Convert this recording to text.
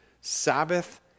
Sabbath